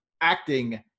acting